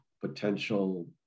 potential